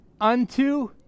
Unto